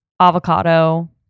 avocado